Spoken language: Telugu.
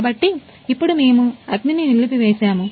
కాబట్టి ఇప్పుడు మేము అగ్నిని నిలిపివేసాము